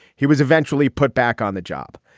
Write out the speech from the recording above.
he was eventually put back on the job.